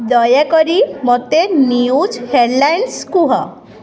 ଦୟାକରି ମୋତେ news headlines କୁହ